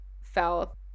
fell